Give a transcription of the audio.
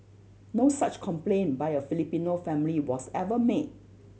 no such complaint by a Filipino family was ever made